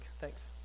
Thanks